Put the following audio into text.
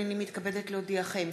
הנני מתכבדת להודיעכם,